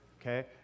okay